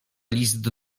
list